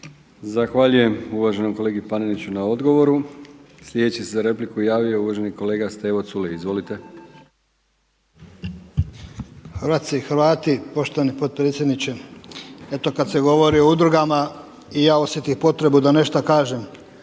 Zahvaljujem uvaženom kolegi Paneniću na odgovoru. Sljedeći se za repliku javio uvaženi kolega Stevo Culej. Izvolite. **Culej, Stevo (HDZ)** Hrvatice i hrvati. Poštovani potpredsjedniče. Eto kada se govori o udrugama i ja osjetih potrebu da nešta kažem